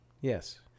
Yes